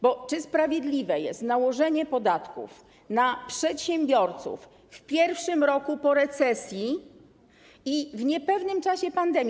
Bo czy sprawiedliwe jest nałożenie podatków na przedsiębiorców w pierwszym roku po recesji i w niepewnym czasie pandemii?